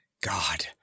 God